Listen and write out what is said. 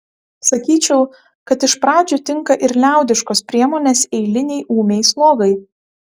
sakyčiau kad iš pradžių tinka ir liaudiškos priemonės eilinei ūmiai slogai